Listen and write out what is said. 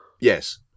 Yes